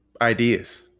ideas